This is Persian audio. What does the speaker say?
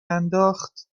انداخت